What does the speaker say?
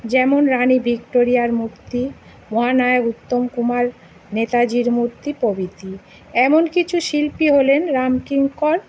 যেমন রানি ভিক্টোরিয়ার মূর্তি মহানায়ক উত্তম কুমার নেতাজির মূর্তি প্রভৃতি এমন কিছু শিল্পী হলেন রামকিঙ্কর